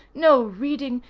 no reading,